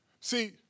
See